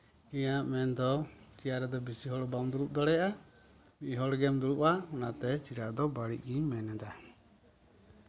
ᱤᱧᱟᱹᱜ ᱢᱮᱱᱫᱚ ᱪᱮᱭᱟᱨ ᱨᱮᱫᱚ ᱵᱤᱥᱤ ᱦᱚᱲ ᱵᱟᱢ ᱫᱩᱲᱩᱵ ᱫᱟᱲᱮᱭᱟᱜᱼᱟ ᱢᱤᱫ ᱦᱚᱲᱜᱮᱢ ᱫᱩᱲᱩᱵᱼᱟ ᱚᱱᱟᱛᱮ ᱪᱮᱭᱟᱨ ᱫᱚ ᱵᱟᱹᱲᱤᱡ ᱜᱤᱧ ᱢᱮᱱᱫᱟ